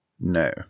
No